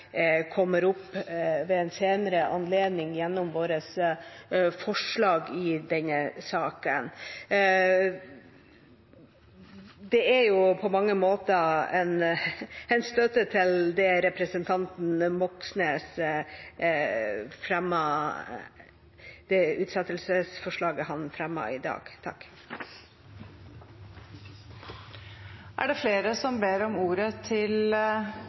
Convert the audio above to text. kommer opp ved en senere anledning gjennom vårt forslag i denne saken. Det er på mange måter en støtte til det utsettelsesforslaget representanten Moxnes fremmer i dag. SV mener at det ikke er grunnlag for Stortinget for å behandle saken i det